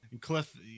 cliff